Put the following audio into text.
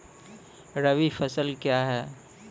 रबी फसल क्या हैं?